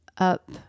Up